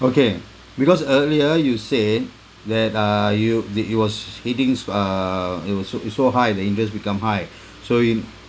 okay because earlier you said that uh you that it was headings uh it was so it's so high the interest become high so in